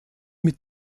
mit